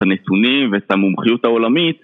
ואת הנתונים ואת המומחיות העולמית